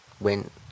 went